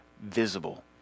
visible